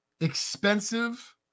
expensive